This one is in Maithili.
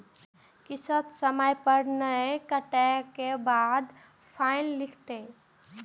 किस्त समय पर नय कटै के बाद फाइनो लिखते?